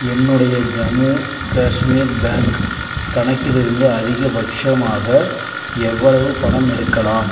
என்னுடைய ஜம்மு காஷ்மீர் பேங்க் கணக்கிலிருந்து அதிகபட்சமாக எவ்வளவு பணம் எடுக்கலாம்